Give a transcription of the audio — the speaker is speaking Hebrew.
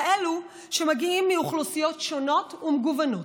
כאלו שמגיעים מאוכלוסיות שונות ומגוונות.